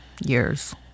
Years